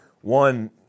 one